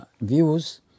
views